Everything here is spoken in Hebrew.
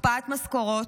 הקפאת משכורות,